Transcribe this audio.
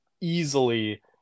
easily